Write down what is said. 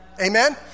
Amen